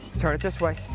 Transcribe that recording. turn it this way.